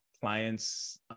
clients